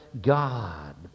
God